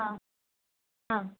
ಹಾಂ ಹಾಂ